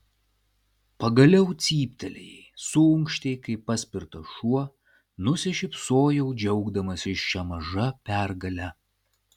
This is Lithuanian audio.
pagaliau cyptelėjai suunkštei kaip paspirtas šuo nusišypsojau džiaugdamasis šia maža pergale